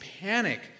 panic